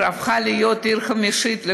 העיר הפכה להיות העיר החמישית בגודלה.